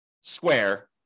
square